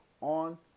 on